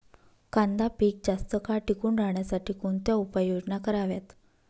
कांदा पीक जास्त काळ टिकून राहण्यासाठी कोणत्या उपाययोजना कराव्यात?